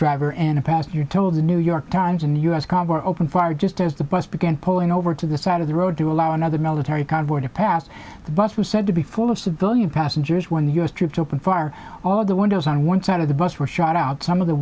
driver and a pastor told the new york times and the u s car open fire just as the bus began pulling over to the side of the road to allow another military convoy to pass the bus was said to be full of civilian passengers when the u s troops opened fire all the windows on one side of the bus were shot out some of the